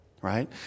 right